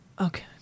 okay